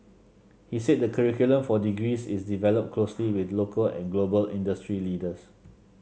he said the curriculum for degrees is developed closely with local and global industry leaders